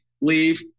leave